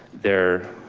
there.